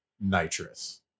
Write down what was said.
nitrous